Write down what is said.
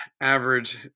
average